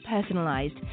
personalized